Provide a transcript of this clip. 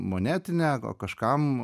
monetinę o kažkam